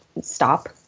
stop